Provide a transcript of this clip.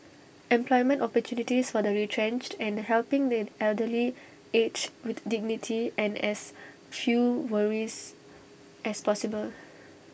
employment opportunities for the retrenched and helping the elderly age with dignity and as few worries as possible